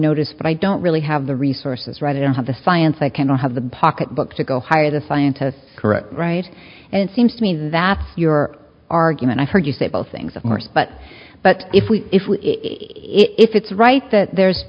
notice but i don't really have the resources right i don't have the science i can't have the pocketbook to go hire the scientists correct right it seems to me that's your argument i've heard you say both things of course but but if we if we if it's right that there's